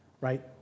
right